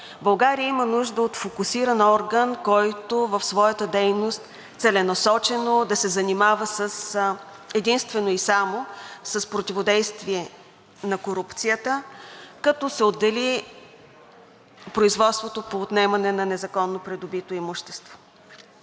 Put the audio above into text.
България има нужда от фокусиран орган, който в своята дейност целенасочено да се занимава единствено и само с противодействие на корупцията, като се отдели производството по отнемане на незаконно придобито имущество.